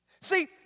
See